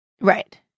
Right